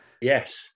Yes